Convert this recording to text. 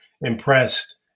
impressed